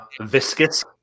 viscous